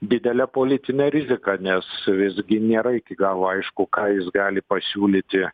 didele politine rizika nes visgi nėra iki galo aišku ką jis gali pasiūlyti